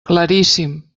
claríssim